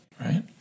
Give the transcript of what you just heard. right